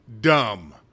dumb